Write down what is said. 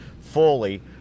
fully